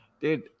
dude